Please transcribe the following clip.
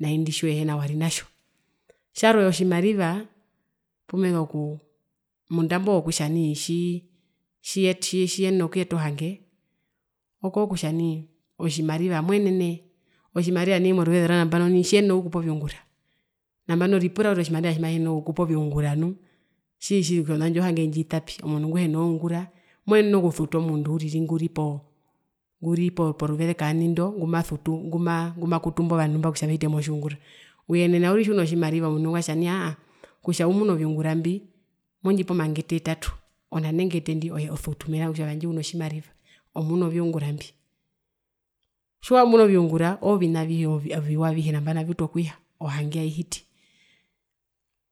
Naindi tjiuhina wari natjo. Tjarwe otjimariva pumezu okuu munda mbo wokutja nai tjiyenena okuyeta ohange ookokutja nai otjimariva moyenene otjimariva nai moruveze rwa nambano tjiyenena okukupa oviungura nambano ripura uriri otjimariva tjimatjiyenene okukupaoviungura nu tjiri tjiri kutja ona ndjo hange nditapi omundu uriri nguhina oungura moenene okusuta omundu nguripo nguri poruveze kaani ndo ngumakutuimbo vandu mba kutja vehite motjiungura uyenena uriri tjiunotjimariva omundu ngo atja nii aahaaa kutja umune oviungura mbi mondjipe omangete yetatu onana engete ndi oyandja tjiwamunu oviungura oovina avihe oviwa nambano aviutu okuya ohange aihiti